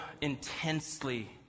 intensely